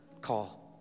call